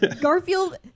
Garfield